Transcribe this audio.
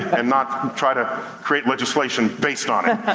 and not try to create legislation based on it.